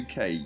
UK